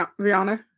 Rihanna